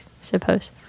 suppose